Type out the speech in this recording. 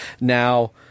Now